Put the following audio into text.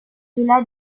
delà